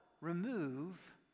remove